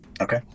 okay